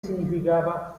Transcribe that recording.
significava